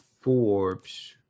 Forbes